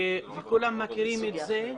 וכולם מכירים את זה.